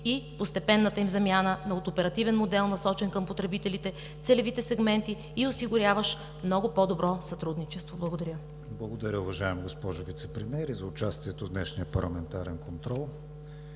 и постепенната им замяна от оперативен модел, насочен към потребителите, целевите сегменти и осигуряващ много по-добро сътрудничество. Благодаря. ПРЕДСЕДАТЕЛ КРИСТИАН ВИГЕНИН: Благодаря, уважаема госпожо Вицепремиер, и за участието в днешния парламентарен контрол.